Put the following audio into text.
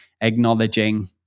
acknowledging